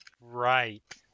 Right